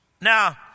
Now